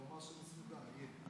הוא אמר שזה מסוכם, יהיה.